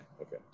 Okay